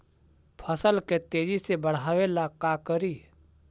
फसल के तेजी से बढ़ाबे ला का करि?